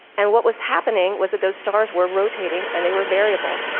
and what was happening was that those stars were rotating and they were variable.